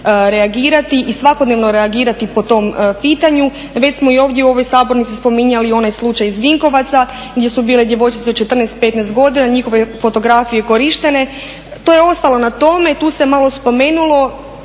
i svakodnevno reagirati po tom pitanju. Već smo i ovdje u ovoj sabornici spominjali onaj slučaj iz Vinkovaca gdje su bile djevojčice od 14-15 godina, njihove fotografije korištene. To je ostalo na tome, tu se malo spomenulo,